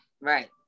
right